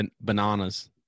Bananas